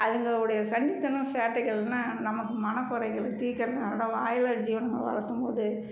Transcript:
அதுங்களுடைய சண்டித்தனம் சேட்டைகள்னால் நமக்கு மனக்குறைகளை தீர்குறதுனாலதான் வாயில்லா ஜீவனை நம்ம வளர்த்தும்போது